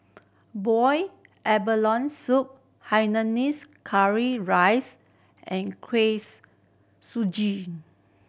boy abalone soup Hainanese curry rice and kuih suji